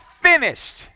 finished